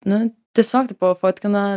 nu tiesiog tipo fotkina